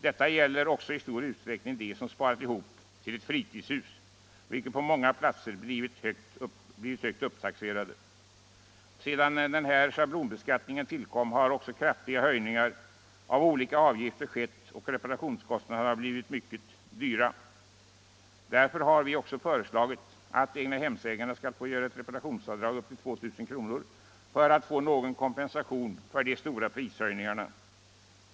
Detta gäller även i stor utsträckning dem som sparat ihop till fritidshus, vilka på många platser blivit högt upptaxerade. Sedan den här schablonbeskattningen tillkom har också kraftiga höjningar av olika avgifter skett, och reparationskostnaderna har blivit mycket höga. Därför har vi också föreslagit att egnahemsägarna skall få göra ett reparationsavdrag med upp till 2 000 kr. för att få någon kompensation för de stora prishöjningarna.